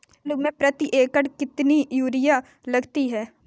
आलू में प्रति एकण कितनी यूरिया लगती है?